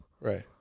right